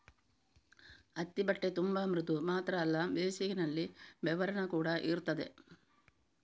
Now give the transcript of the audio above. ಹತ್ತಿ ಬಟ್ಟೆ ತುಂಬಾ ಮೃದು ಮಾತ್ರ ಅಲ್ಲ ಬೇಸಿಗೆನಲ್ಲಿ ಬೆವರನ್ನ ಕೂಡಾ ಹೀರ್ತದೆ